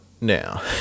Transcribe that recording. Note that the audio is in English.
now